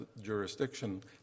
jurisdiction